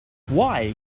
why